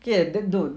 okay then don't